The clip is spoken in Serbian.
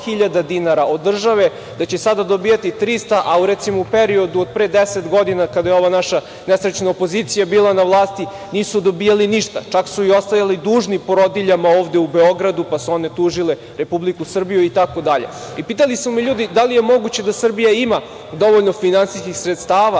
100.000 dinara od države, da će sada dobijati 300, a recimo u periodu od pre 10 godina, kada je ova naša nesrećna opozicija bila na vlasti, nisu dobijali ništa, čak su ostajali dužni porodiljama ovde u Beogradu, pa su one tužile Republiku Srbiju itd. Pitali su me ljudi da li je moguće da Srbija ima dovoljno finansijskih sredstava